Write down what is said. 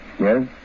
Yes